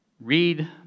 read